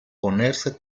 ponerse